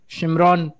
Shimron